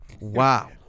Wow